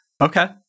Okay